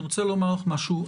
אני רוצה לומר לך משהו.